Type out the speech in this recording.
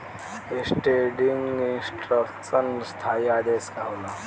Standing instruction स्थाई आदेश का होला?